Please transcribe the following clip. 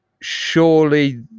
Surely